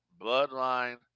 Bloodline